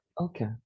Okay